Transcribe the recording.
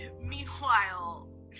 meanwhile